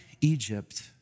Egypt